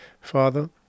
Father